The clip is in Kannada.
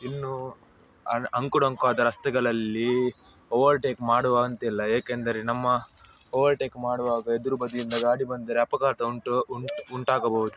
ಇನ್ನೂ ಅಂಕುಡೊಂಕಾದ ರಸ್ತೆಗಳಲ್ಲಿ ಓವರ್ಟೇಕ್ ಮಾಡುವಂತಿಲ್ಲ ಏಕೆಂದರೆ ನಮ್ಮ ಓವರ್ಟೇಕ್ ಮಾಡುವಾಗ ಎದುರು ಬದಿಯಿಂದ ಗಾಡಿ ಬಂದರೆ ಅಪಘಾತ ಉಂಟು ಉಂಟು ಉಂಟಾಗಬಹುದು